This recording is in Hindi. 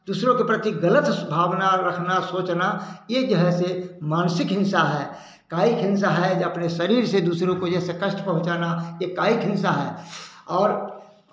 दूसरों के प्रति गलत भावना रखना सोचना यह जो है से मानसिक हिंसा है कायिक हिंसा है या फिर शरीर से दूसरों को जैसे कष्ट पहुँचाना ये कायिक हिंसा है और